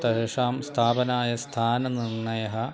तेषां स्थापनाय स्थाननिर्णयः